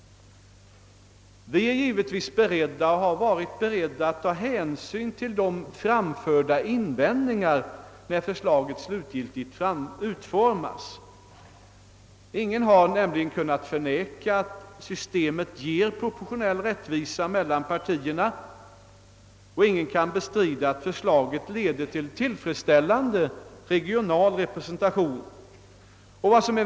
Vi är givetvis beredda att ta hänsyn till de invändningar som framförs när förslaget slutgiltigt utformas. Ingen har kunnat förneka att systemet ger proportionell rättvisa mellan partierna, och ingen har kunnat bestrida att förslaget leder till tillfredsställande regional representation.